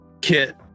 kit